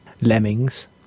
Lemmings